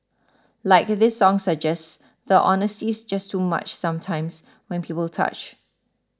like this song suggests the honesty's just too much sometimes when people touch